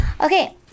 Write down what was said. okay